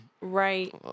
Right